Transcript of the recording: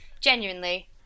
genuinely